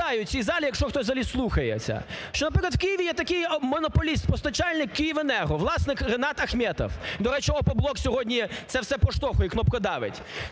доповідаю цій залі, якщо хтось взагалі слухає це. Що, наприклад, в Києві є такий монополіст-постачальник "Київенерго", власник – Ринат Ахметов. До речі, "Опоблок" сьогодні це все проштовхує, кнопкодавить.